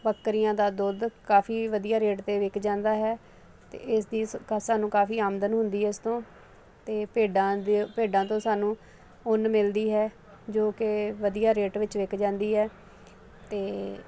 ਬਕਰੀਆਂ ਦਾ ਦੁੱਧ ਕਾਫੀ ਵਧੀਆ ਰੇਟ ਤੇ ਵਿਕ ਜਾਂਦਾ ਹੈ ਤੇ ਇਸ ਦੀ ਸਾਨੂੰ ਕਾਫੀ ਆਮਦਨ ਹੁੰਦੀ ਹੈ ਇਸ ਤੋਂ ਤੇ ਭੇਡਾਂ ਭੇਡਾਂ ਤੋਂ ਸਾਨੂੰ ਉਨ ਮਿਲਦੀ ਹੈ ਜੋ ਕਿ ਵਧੀਆ ਰੇਟ ਵਿੱਚ ਵਿਕ ਜਾਂਦੀ ਹ ਤੇ